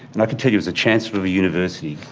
and i can tell you as a chancellor of a university,